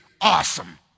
awesome